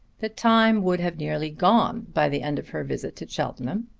the time would have nearly gone by the end of her visit to cheltenham.